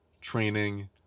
training